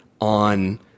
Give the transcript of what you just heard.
on –